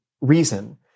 reason